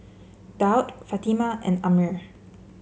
Daud Fatimah and Ammir